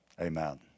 Amen